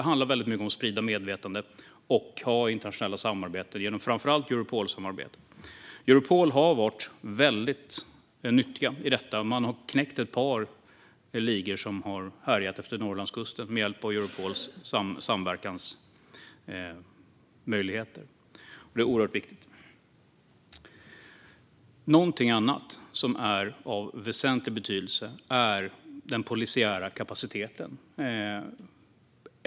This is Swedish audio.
Det handlar mycket om att sprida medvetandet och ha internationellt samarbete genom framför allt Europol. Europol har varit till stor nytta i arbetet, och man har knäckt ett par ligor som har härjat efter Norrlandskusten med hjälp av Europols samverkansmöjligheter. Det är oerhört viktigt. Något annat som är av väsentlig betydelse är den polisiära kapaciteten.